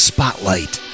Spotlight